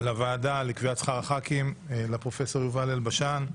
לוועדה לקביעת שכר הח"כים: לפרופ' יובל אלבשן,